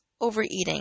overeating